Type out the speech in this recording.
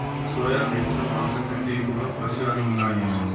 soya beans లో మాంసం కంటే ఎక్కువగా పోషకాలు ఉన్నాయి